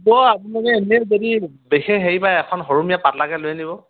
ও আপোনালোকে এনেই যদি বিশেষ হেৰি পাই এখন সৰুমুৰীয়া পাতলাকৈ লৈ আনিব